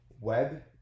Web